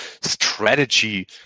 strategy